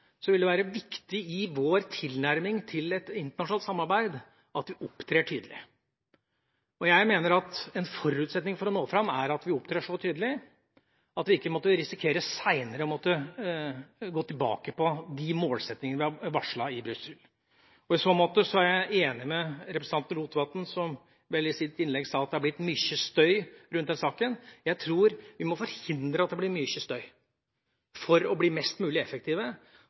vil det i vår tilnærming til et internasjonalt samarbeid være viktig at vi opptrer tydelig. Jeg mener at en forutsetning for å nå fram er at vi opptrer så tydelig at vi ikke risikerer senere å måtte gå tilbake på de målsettingene vi har varslet i Brussel. I så måte er jeg enig med representanten Rotevatn, som vel i sitt innlegg sa at det har blitt «mykje støy» rundt den saken. Jeg tror vi må forhindre at det blir «mykje støy» for å bli mest mulig effektive.